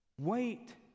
Wait